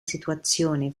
situazione